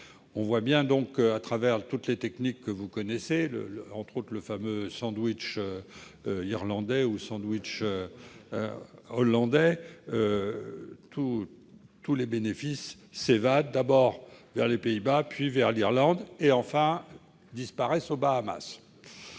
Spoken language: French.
le voit bien, au travers de toutes les techniques que vous connaissez, dont le fameux sandwich irlandais, ... Le !... ou hollandais, tous les bénéfices s'évadent d'abord vers les Pays-Bas, puis vers l'Irlande, et enfin disparaissent aux Bahamas.